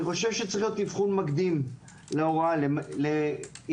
צריך להיות אבחון מקדים להוראה עם עזרה,